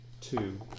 two